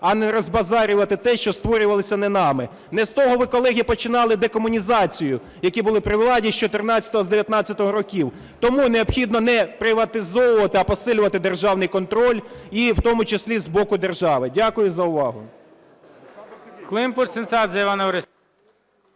а не розбазарювати те, що створювалось не нами. Не з того ви, колеги, починали декомунізацію, які були при владі з 14-го, з 19-го років. Тому необхідно не приватизовувати, а посилювати державний контроль і в тому числі з боку держави. Дякую за увагу.